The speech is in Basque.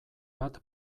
bat